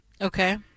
Okay